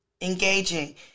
engaging